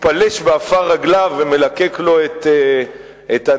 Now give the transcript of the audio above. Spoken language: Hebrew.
מתפלש בעפר רגליו ומלקק לו את הנעליים.